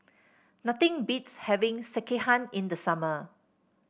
nothing beats having Sekihan in the summer